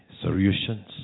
solutions